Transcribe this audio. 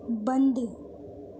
بند